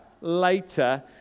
later